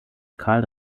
carl